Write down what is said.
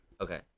Okay